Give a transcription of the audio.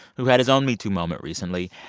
who had his own metoo moment recently.